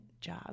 job